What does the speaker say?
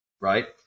right